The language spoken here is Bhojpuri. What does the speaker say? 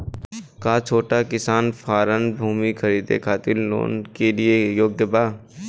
का छोटा किसान फारम भूमि खरीदे खातिर लोन के लिए योग्य बा?